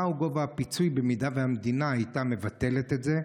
3. מה גובה הפיצוי אם המדינה הייתה מבטלת את זה?